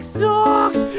socks